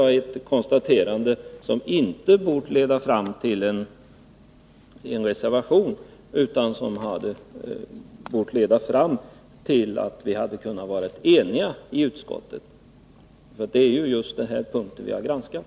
Det är ett konstaterande, som inte borde ha lett fram till en reservation utan som borde ha medfört att vi kunnat bli eniga i utskottet. Det Granskning av är ju just detta som KU har granskat.